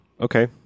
okay